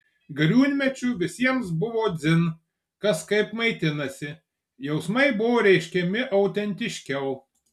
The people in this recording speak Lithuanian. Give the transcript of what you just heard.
gariūnmečiu visiems buvo dzin kas kaip maitinasi jausmai buvo reiškiami autentiškiau